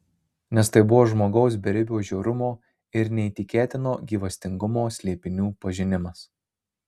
nes tai buvo žmogaus beribio žiaurumo ir neįtikėtino gyvastingumo slėpinių pažinimas